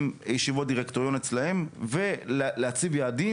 ישיבות דירקטוריון אצלם ולהציב יעדים.